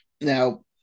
Now